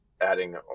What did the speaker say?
adding